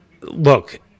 Look